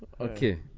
Okay